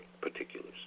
particulars